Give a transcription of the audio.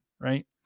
Right